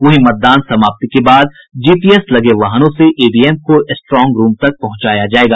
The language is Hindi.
वहीं मतदान समाप्ति के बाद जीपीएस लगे वाहनों से ईवीएम को स्ट्रांग रूम तक पहुंचाया जायेगा